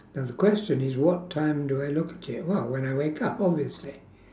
now the question is what time do I look to well when I wake up obviously